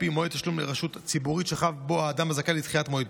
וכן על מועד לתשלום לרשות ציבורית שחב בו האדם הזכאי לדחיית מועד.